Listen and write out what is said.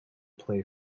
play